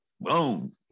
Boom